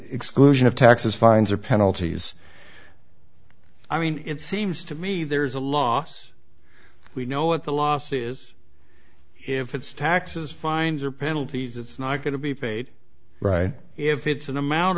exclusion of taxes fines or penalties i mean it seems to me there's a loss we know at the losses if it's taxes fines or penalties it's not going to be paid right if it's an amount